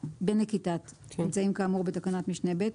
בנקיטת אמצעים כאמור בתקנת משנה (ב),